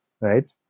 right